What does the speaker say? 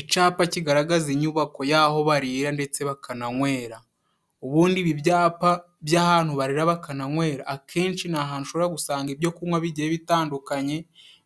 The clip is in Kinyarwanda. Icyapa kigaragaza inyubako y'aho barira ndetse bakananywera. Ubundi ibi ibyapa by'ahantu barira bakanywera, akenshi ni ahantu ushobora gusanga ibyo kunywa bigiye bitandukanye,